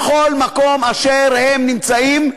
בכל מקום אשר הם נמצאים,